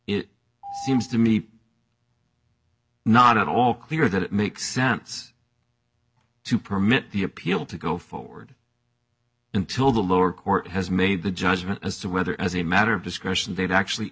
it seems to me not at all clear that it makes sense to permit the appeal to go forward until the lower court has made the judgment as to whether as a matter of discretion they'd actually